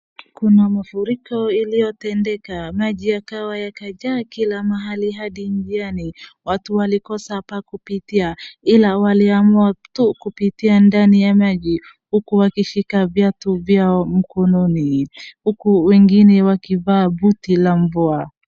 Kuna mafuriko iliyotendeka maji yakawa yamejaa Kila mahali hadi njiani. Watu walikosa pa kupitia ila waliamua tu kupitia ndani ya maji huku wakishika viatu vyao mkononi huku wengine wakivaa buti La mvua.